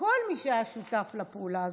כל מי שהיה שותף לפעולה הזאת,